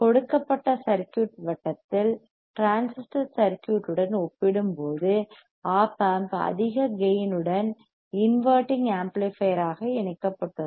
கொடுக்கப்பட்ட சர்க்யூட்வட்டத்தில் transistor circuit உடன் ஒப்பிடும்போது ஒப் ஆம்ப் அதிக கேயின் உடன் இன்வெர்ட்டிங் ஆம்ப்ளிபையர்யாக இணைக்கப்பட்டுள்ளது